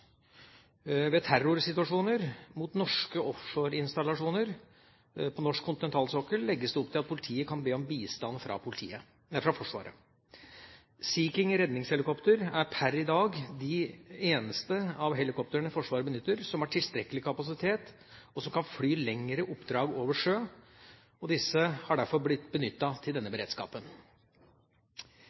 Ved terrorsituasjoner mot norske offshoreinstallasjoner på norsk kontinentalsokkel legges det opp til at politiet kan be om bistand fra Forsvaret. Sea King-redningshelikoptrene er per i dag de eneste helikoptrene Forsvaret benytter som har tilstrekkelig kapasitet, og som kan fly lengre oppdrag over sjø. Disse har derfor blitt benyttet til denne beredskapen.